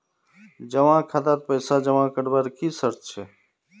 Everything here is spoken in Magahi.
जमा खातात पैसा जमा करवार की शर्त छे?